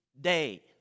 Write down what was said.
day